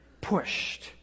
pushed